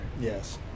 Yes